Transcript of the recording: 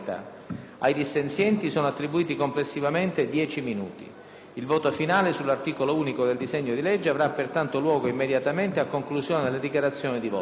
Ai dissenzienti sono attribuiti complessivamente 10 minuti. Il voto finale sull'articolo unico del disegno di legge avrà pertanto luogo immediatamente a conclusione delle dichiarazioni di voto.